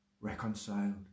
reconciled